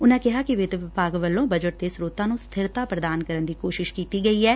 ਉਨਾਂ ਕਿਹਾ ਕਿ ਵਿਤ ਵਿਭਾਗ ਵੱਲੋਂ ਬਜਟ ਦੇ ਸਰੋਤਾਂ ਨੂੰ ਸਬਿਰਤਾ ਪ੍ਦਾਨ ਕਰਨ ਦੀ ਕੋਸ਼ਿਸ਼ ਕੀਤੀ ਗਈ ਐ